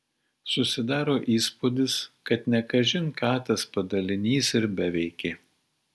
susidaro įspūdis kad ne kažin ką tas padalinys ir beveikė